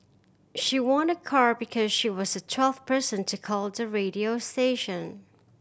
she won a car because she was the twelfth person to call the radio station